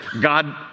God